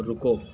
रुको